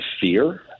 fear